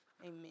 amen